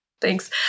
Thanks